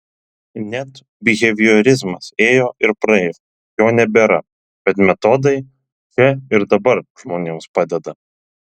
net biheviorizmas ėjo ir praėjo jo nebėra bet jo metodai čia ir dabar žmonėms padeda